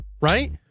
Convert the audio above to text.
right